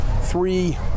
three